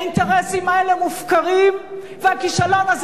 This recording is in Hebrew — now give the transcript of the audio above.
האינטרסים האלה מופקרים והכישלון הזה